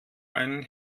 einen